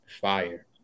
fire